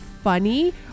funny